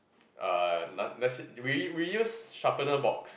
uh that is we use we use sharpener box